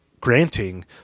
granting